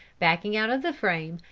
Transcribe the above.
backing out of the frame,